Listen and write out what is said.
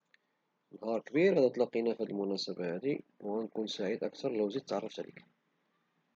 نهار كبير تلقينا في هد المناسبة وغنكون سعيد إذا زيدت تعرفت عليك أكثر